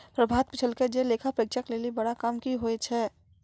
प्रभात पुछलकै जे लेखा परीक्षक लेली बड़ा काम कि होय छै?